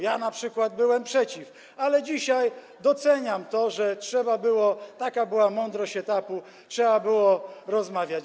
Ja na przykład byłem przeciw, ale dzisiaj doceniam to, że trzeba było - taka była mądrość etapu - rozmawiać.